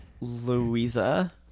Louisa